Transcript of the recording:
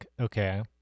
okay